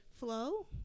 Flow